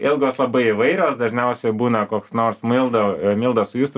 ilgos labai įvairios dažniausiai būna koks nors milda milda su justu